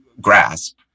grasp